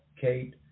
Kate